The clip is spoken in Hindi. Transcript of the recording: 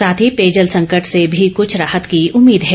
साथ ही पेयजल संकट से भी कुछ राहत की उम्मीद है